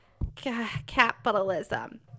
capitalism